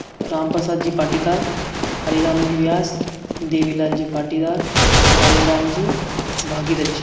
Ramprasad ji Patidar Hariram ji Vyas Devinath ji Patidar Kaluram ji Bhagirath जी